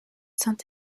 saint